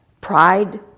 pride